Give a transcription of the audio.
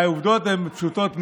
העובדות פשוטות מאוד: